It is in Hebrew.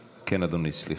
כן, אדוני, סליחה.